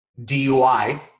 DUI